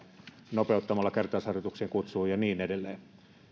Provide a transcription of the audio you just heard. nopeuttamalla kertausharjoituksiin kutsua ja niin edelleen